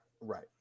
Right